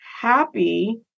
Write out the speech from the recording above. happy